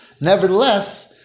Nevertheless